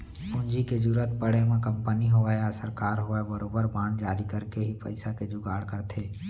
पूंजी के जरुरत पड़े म कंपनी होवय या सरकार होवय बरोबर बांड जारी करके ही पइसा के जुगाड़ करथे